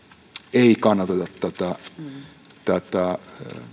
ei kannateta tätä tätä